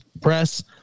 press